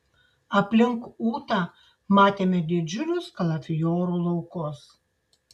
aplink ūtą matėme didžiulius kalafiorų laukus